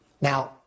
Now